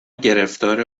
گرفتار